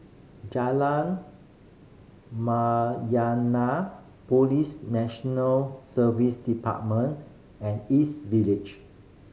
Jalan Mayaanam Police National Service Department and East Village